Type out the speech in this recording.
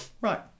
Right